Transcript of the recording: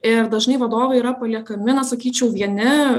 ir dažnai vadovai yra paliekami na sakyčiau vieni